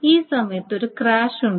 ഈ സമയത്ത് ഒരു ക്രാഷ് ഉണ്ട്